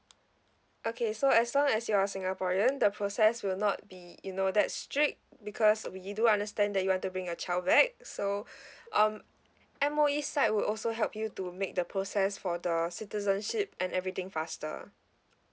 okay so as long as you are singaporean the process will not be you know that strict because we do understand that you want to bring your child back so um M_O_E's side will also help you to make the process for the citizenship and everything faster